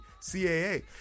CAA